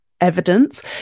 evidence